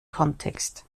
kontext